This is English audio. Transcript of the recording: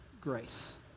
Grace